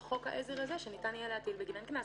חוק העזר הזה שניתן יהיה להטיל בגינן קנס,